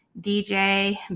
DJ